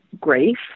grief